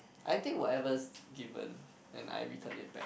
I think whatever's given and I return it back